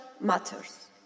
matters